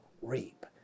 reap